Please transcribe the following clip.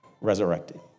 resurrected